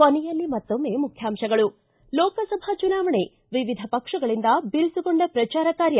ಕೊನೆಯಲ್ಲಿ ಮತ್ತೊಮ್ನೆ ಮುಖ್ಯಾಂಶಗಳು ಿ ಲೋಕಸಭಾ ಚುನಾವಣೆ ವಿವಿಧ ಪಕ್ಷಗಳಿಂದ ಬಿರುಸುಗೊಂಡ ಪ್ರಚಾರ ಕಾರ್ಯ